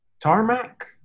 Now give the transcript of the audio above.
tarmac